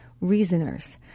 reasoners